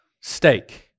steak